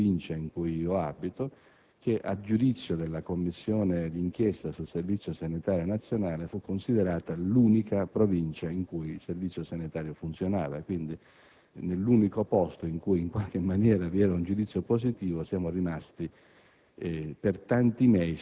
quella della Provincia in cui abito, che a giudizio della Commissione d'inchiesta sul Servizio sanitario nazionale fu considerata l'unica Provincia in cui il servizio sanitario funzionava, quindi nell'unico luogo per cui, in qualche maniera, vi era un giudizio positivo, siamo rimasti